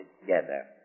together